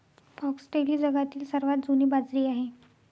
foxtail ही जगातील सर्वात जुनी बाजरी आहे